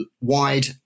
wide